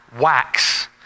wax